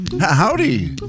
Howdy